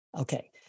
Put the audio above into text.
Okay